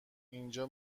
اینجا